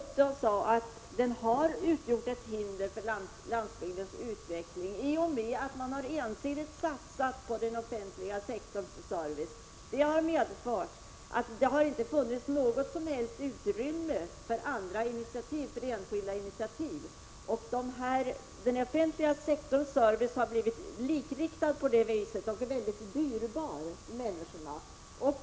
Jag sade att den har utgjort ett hinder för landsbygdens utveckling i och med att man ensidigt satsat på den offentliga sektorns service. Det har medfört att det inte funnits något som helst utrymme för enskilda initiativ. Den offentliga sektorns service har på det sättet blivit likriktad och väldigt dyrbar för människorna.